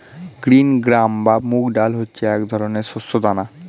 green gram বা মুগ ডাল হচ্ছে এক ধরনের শস্য দানা